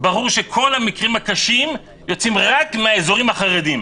ברור שכל המקרים הקשים יוצאים רק מהאזורים החרדיים.